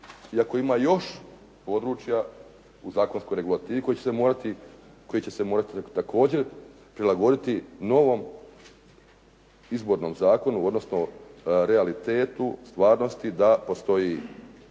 iako ima još područja u zakonskoj regulativi koji će se morati također prilagoditi novom Izbornom zakonu, odnosno realitetu, stvarnosti da postoji